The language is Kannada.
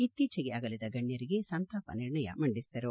ಇತ್ತೀಚಿಗೆ ಅಗಲಿದ ಗಣ್ಣರಿಗೆ ಸಂತಾವ ನಿರ್ಣಯ ಮಂಡಿಸಿದರು